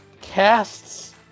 casts